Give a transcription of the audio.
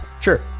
Sure